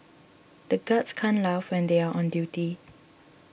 the guards can't laugh when they are on duty